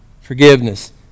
forgiveness